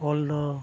ᱚᱞ ᱫᱚ